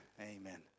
Amen